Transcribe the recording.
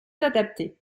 adapté